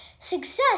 Success